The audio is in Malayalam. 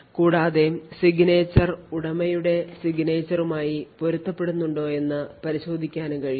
കൂടാതെ signature ഉടമയുടെ signature മായി പൊരുത്തപ്പെടുന്നുണ്ടോയെന്ന് പരിശോധിക്കാനും കഴിയും